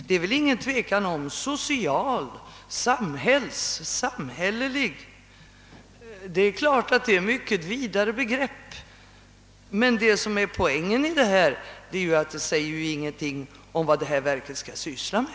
Det är väl ingen tvekan om detta. »Social» betyder ju »samhälls-» eller »samhällelig». Det är klart alltså, att det är ett mycket vidare begrepp, men det namnet säger inte någonting om vad verket skall syssla med.